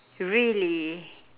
really